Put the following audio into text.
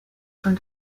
from